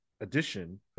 edition